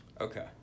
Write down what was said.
Okay